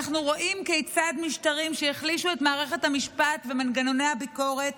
אנחנו רואים כיצד משטרים שהחלישו את מערכת המשפט ומנגנוני הביקורת